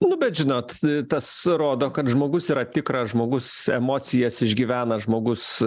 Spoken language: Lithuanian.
nu bet žinot tas rodo kad žmogus yra tikras žmogus emocijas išgyvena žmogus